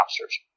officers